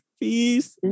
peace